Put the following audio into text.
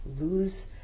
lose